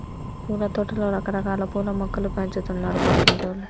పూలతోటలో రకరకాల పూల మొక్కలు పెంచుతున్నారు పక్కింటోల్లు